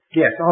yes